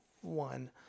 one